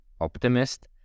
optimist